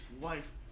wife